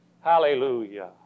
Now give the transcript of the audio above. Hallelujah